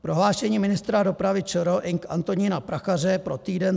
Prohlášení ministra dopravy ČR Ing. Antonína Prachaře pro Týden.